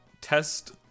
test